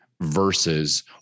versus